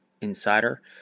Insider